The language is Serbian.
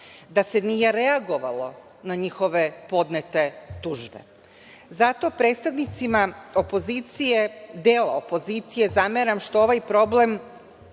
da se nije reagovalo na njihove podnete tužbe. Zato predstavnicima opozicije, dela opozicije zameram što ovaj problem